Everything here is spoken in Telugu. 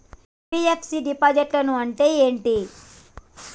ఎన్.బి.ఎఫ్.సి డిపాజిట్లను అంటే ఏంటి?